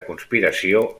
conspiració